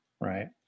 right